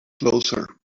closer